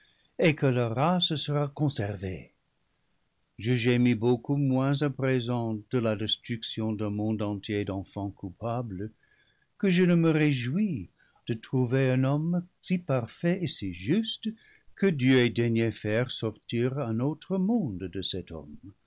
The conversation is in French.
et que leur race sera conservée je gémis beaucoup moins à présent de la destruction d'un monde entier d'enfants coupables que je ne me réjouis de trouver un homme si parfait et si juste que dieu ait daigné faire sortir un autre monde de cet homme